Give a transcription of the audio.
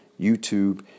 YouTube